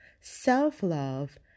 self-love